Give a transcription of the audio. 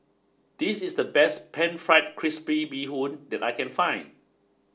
this is the best Pan Fried Crispy Bee Bee Hoon that I can find